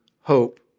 hope